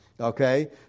okay